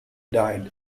died